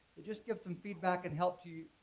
it just gives some feedback and helps you,